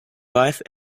wife